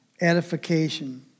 edification